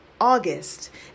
August